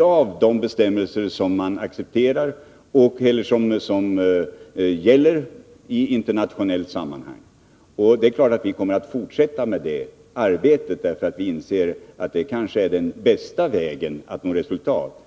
av de bestämmelser som gäller internationellt. Givetvis kommer vi att fortsätta med det arbetet, därför att vi inser att det kanske är den bästa vägen att nå resultat.